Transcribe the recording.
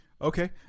Okay